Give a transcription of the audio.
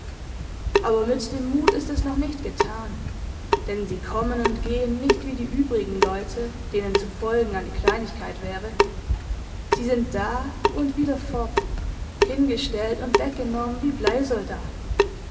aber mit dem mut ist es noch nicht getan denn sie kommen und gehen nicht wie die übrigen leute denen zu folgen eine kleinigkeit wäre sie sind da und wieder fort hingestellt und weggenommen wie